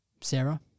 Sarah